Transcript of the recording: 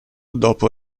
dopo